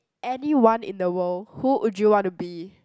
anyone in the world who would you want to be